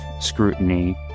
scrutiny